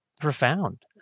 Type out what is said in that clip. profound